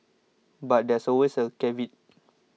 but there's always a caveat